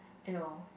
you know